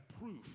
proof